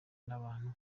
n’abantu